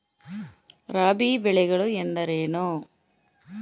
ರಾಬಿ ಬೆಳೆಗಳು ಎಂದರೇನು?